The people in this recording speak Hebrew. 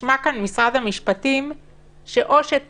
זה משהו מאוד ממוקד.